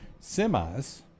semis